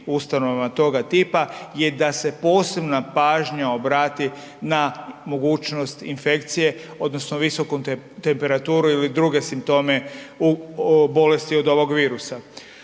ustanovama toga tipa je da se posebna pažnja obrati na mogućnost infekcije odnosno visoku temperaturu i druge simptome u bolesti od ovog virusa.